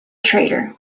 trader